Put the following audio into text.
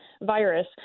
virus